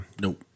Nope